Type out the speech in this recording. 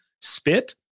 spit